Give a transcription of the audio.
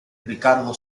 ricardo